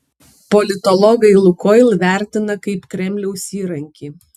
politologai lukoil vertina kaip kremliaus įrankį